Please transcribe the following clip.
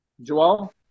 Joel